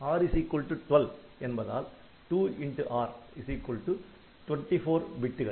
r 12 என்பதால் 2 x r 24 பிட்டுகள்